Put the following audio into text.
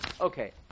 Okay